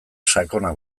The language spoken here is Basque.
sakona